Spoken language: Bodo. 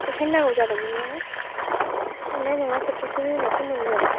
बेखायनो नांगौ जादोंमोन ने मोननाय नङा सबथासेनि उनावसो मोनगोन